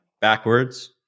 backwards